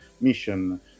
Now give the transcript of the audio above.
mission